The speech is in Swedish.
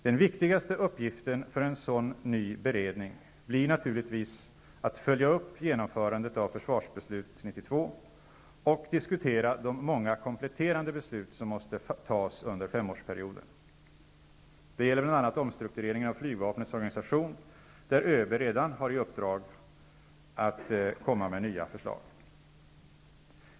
Den viktigaste uppgiften för en sådan ny beredning blir naturligtvis att följa upp genomförandet av ''försvarsbeslut 92'' och diskutera de många kompletterande beslut som måste fattas under femårsperioden. Det gäller bl.a. ÖB redan har i uppdrag att komma med nya förslag.